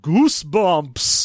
Goosebumps